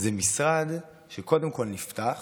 זה משרד שקודם כול נפתח